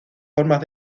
formas